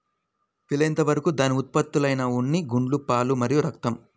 వీలైనంత వరకు దాని ఉత్పత్తులైన ఉన్ని, గుడ్లు, పాలు మరియు రక్తం